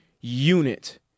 unit